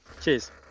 cheers